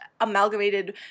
amalgamated